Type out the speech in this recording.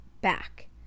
back